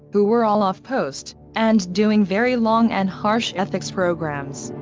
who were all off post, and doing very long and harsh ethics programs.